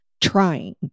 trying